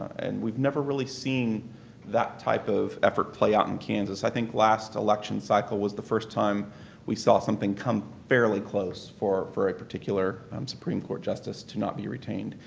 and we've never really seen that type of effort play out in kansas. i think last election cycle was the first time we saw something come fairly close for for a particular um supreme court justice to not be retained.